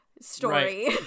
story